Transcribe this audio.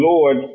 Lord